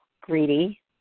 greedy